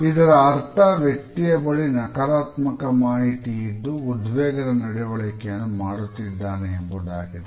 ಇದರ ಅರ್ಥ ವ್ಯಕ್ತಿಯ ಬಳಿ ನಕಾರಾತ್ಮಕ ಮಾಹಿತಿ ಇದ್ದು ಉದ್ವೇಗದ ನಡವಳಿಕೆಯನ್ನು ಮಾಡುತ್ತಿದ್ದಾನೆ ಎಂಬುದಾಗಿದೆ